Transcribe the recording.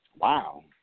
Wow